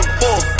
four